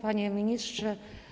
Panie Ministrze!